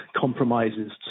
compromises